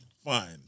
Fine